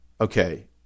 okay